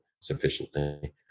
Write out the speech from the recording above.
sufficiently